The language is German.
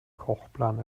kochplan